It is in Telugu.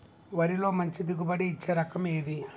వరిలో మంచి దిగుబడి ఇచ్చే రకం ఏది?